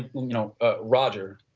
you know ah rodger,